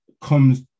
comes